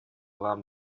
вам